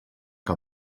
que